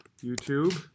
YouTube